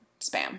spam